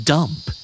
Dump